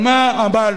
על מה עמלנו?